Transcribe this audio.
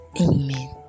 Amen